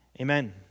Amen